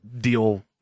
deal